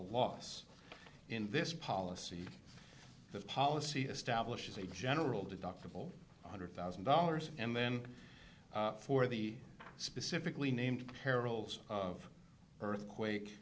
loss in this policy that policy establishes a general deductible one one hundred thousand dollars and then for the specifically named perils of earthquake